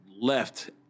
left